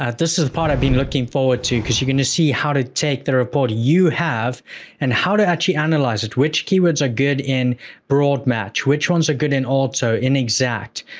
ah this is the part i've been looking forward to, cause you're going to see how to take the report you have and how to actually analyze it. which keywords are good in broad match? which ones are good in auto, in exact?